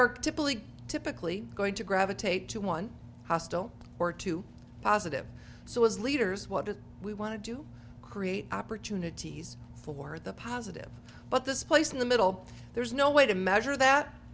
are typically typically going to gravitate to one hostile or too positive so as leaders what we want to do create opportunities for the positive but this place in the middle there's no way to measure that